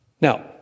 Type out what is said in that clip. Now